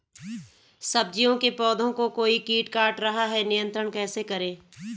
सब्जियों के पौधें को कोई कीट काट रहा है नियंत्रण कैसे करें?